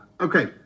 Okay